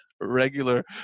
regular